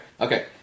Okay